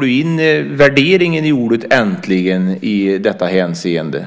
du för värdering i ordet äntligen i detta hänseende?